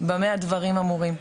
במה הדברים אמורים.